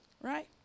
right